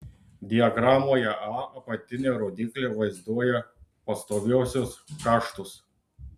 diagramoje a apatinė rodyklė vaizduoja pastoviuosius kaštus